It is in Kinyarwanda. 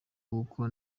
kuko